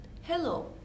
hello